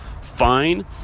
fine